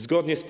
Zgodnie z